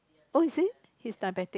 oh you see he's diabetic